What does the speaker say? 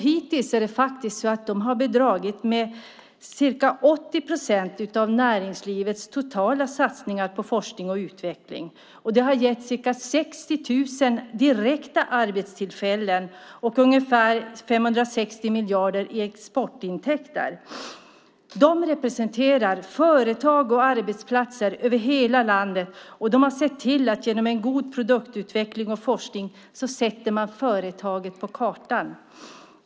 Hittills har de bidragit med ca 80 procent av näringslivets totala satsningar på forskning och utveckling. Det har gett ca 60 000 direkta arbetstillfällen och ungefär 560 miljarder i exportintäkter. De representerar företag och arbetsplatser över hela landet. De har sett till att genom god produktutveckling och forskning sätta företag på kartan.